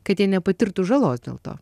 kad jie nepatirtų žalos dėl to